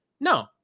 No